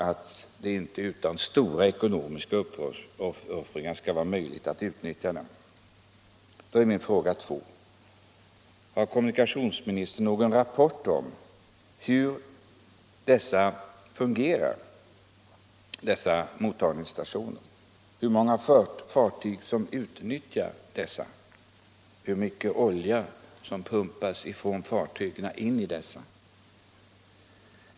Det är inte möjligt att utnyttja dem utan stora ekonomiska förhindra oljeut uppoffringar. Har kommunikationsministern hågon rapport om hur dessa mottagningsstationer fungerar — hur många fartyg som utnyttjar dem och hur mycket olja som pumpas från fartyg in i dem?